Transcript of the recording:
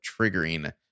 triggering